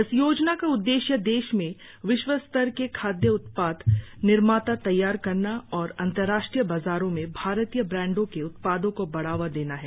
इस योजना का उद्देश्य देश में विश्व स्तर के खाद्य उत्पाद निर्माता तैयार करना और अंतरराष्ट्रीय बाजारों में भारतीय ब्रांडों के उत्पादों को बढावा देना है